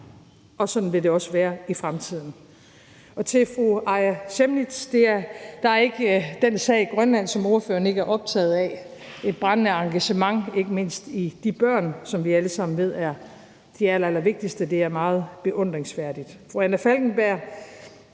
og sådan vil det også være i fremtiden. Og til fru Aaja Chemnitz vil jeg sige, at der ikke er den sag i Grønland, som ordføreren ikke er optaget af. Et brændende engagement, ikke mindst i de børn, som vi alle sammen ved er de allerallervigtigste. Det er meget beundringsværdigt.